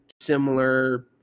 similar